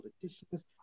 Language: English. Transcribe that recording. politicians